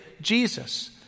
Jesus